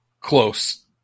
close